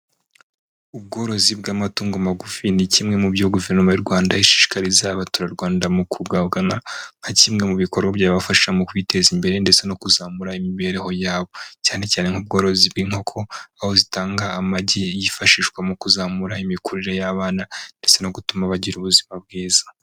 Ubworozi bw'amatungo magufi ni kimwe mu byo guverinoma y'u Rwanda, ishishikariza Abaturarwanda mu kugagana nka kimwe mu bikorwa byabafasha mu kwiteza imbere ndetse no kuzamura imibereho yabo cyane cyane nk'ubworozi bw'inkoko aho zitanga amagi yifashishwa mu kuzamura imikurire y'abana ndetse no gutuma bagira ubuzima bwiza.